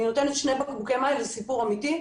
אני נותנת שני בקבוקי מים וזה סיפור אמתי,